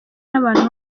n’abantu